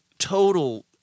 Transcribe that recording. total